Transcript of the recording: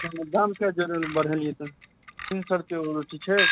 तहन दाम किया जेनरल बरहेलियै तऽ तीन सओ रुपैयो ओ रोटी छै